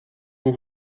vous